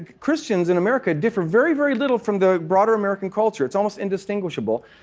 christians in america differ very, very little from the broader american culture. it's almost indistinguishable.